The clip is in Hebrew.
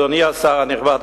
אדוני השר הנכבד,